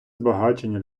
збагачення